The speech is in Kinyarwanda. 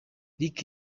lick